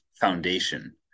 foundation